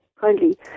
kindly